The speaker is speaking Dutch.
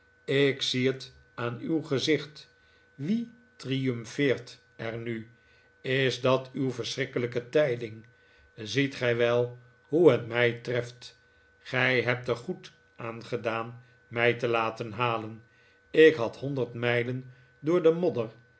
ik zie het aan uw gezicht wie triumfeert er nu is dat uw verschrikkelijke tijding ziet gij wel hoe het mij treft gij hebt er goed aan gedaan mij te laten halen ik had honderd mijlen door de modder